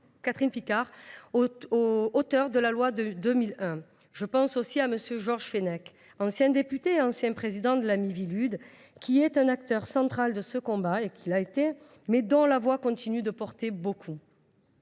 Catherine Picard, auteurs de la loi de 2001. Je pense aussi à Georges Fenech, ancien député et ancien président de la Miviludes, qui a été un acteur central de ce combat et dont la voix continue de porter.